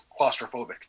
claustrophobic